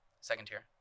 Second-tier